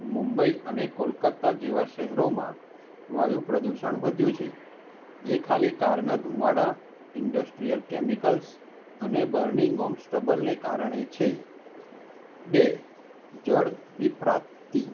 મુંબઈ અને કોલકાતા જેવાં શહેરોમાં વાયુ પ્રદૂષણ વધ્યું છે એ ખાલી કારના ધૂમાડા ઈન્ડસ્ટ્રિયલ કેમિકલ્સ અને બર્નિંગ ઓફ સ્ટબલને કારણે છે બે જળ વિપ્રાપ્તિ